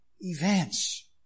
events